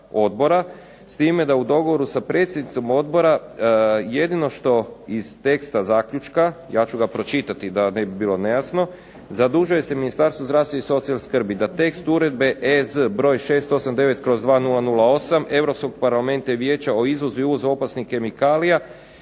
S time da je u dogovoru s predsjednicom odbora jedino što iz teksta zaključka, ja ću ga pročitati da ne bi bilo nejasno. "Zadužuje se Ministarstvo zdravstva i socijalne skrbi da tekst Uredbe EZ broj 689/2008 Europskog parlamenta i Vijeća o izvozu i uvozu opasnih kemikalija